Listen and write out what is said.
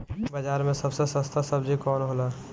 बाजार मे सबसे सस्ता सबजी कौन होला?